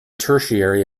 tertiary